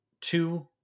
two